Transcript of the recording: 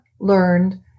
learned